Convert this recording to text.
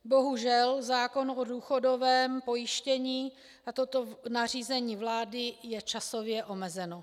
Bohužel, zákon o důchodovém pojištění a toto nařízení vlády je časově omezeno.